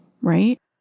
right